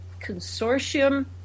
consortium